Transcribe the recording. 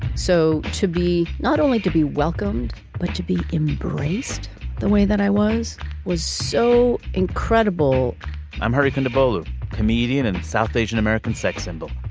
so to be not only to be welcomed but to be embraced the way that i was was so incredible i'm hurricane to but comedian and south asian-american sex symbol.